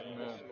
Amen